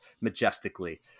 majestically